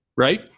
right